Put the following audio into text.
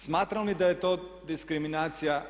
Smatram li da je to diskriminacija?